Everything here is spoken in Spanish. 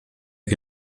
que